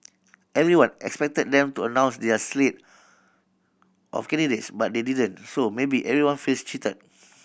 everyone expected them to announce their slate of candidates but they didn't so maybe everyone feels cheated